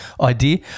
idea